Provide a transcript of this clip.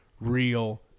real